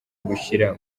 gushyira